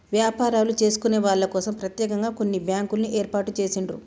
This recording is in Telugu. వ్యాపారాలు చేసుకునే వాళ్ళ కోసం ప్రత్యేకంగా కొన్ని బ్యాంకుల్ని ఏర్పాటు చేసిండ్రు